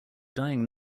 dying